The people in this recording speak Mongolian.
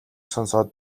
сонсоод